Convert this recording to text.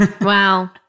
Wow